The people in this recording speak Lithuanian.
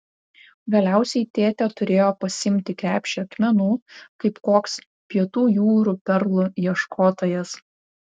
galiausiai tėtė turėjo pasiimti krepšį akmenų kaip koks pietų jūrų perlų ieškotojas